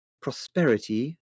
prosperity